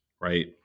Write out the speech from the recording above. right